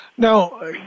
Now